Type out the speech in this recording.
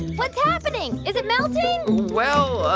what's happening? is it melting? well,